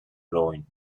romhainn